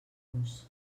nos